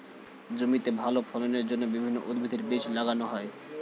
জমিতে ভালো ফলনের জন্য বিভিন্ন উদ্ভিদের বীজ লাগানো হয়